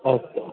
अस्तु